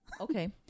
Okay